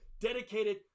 dedicated